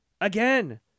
Again